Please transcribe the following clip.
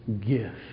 gift